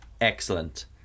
excellent